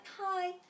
hi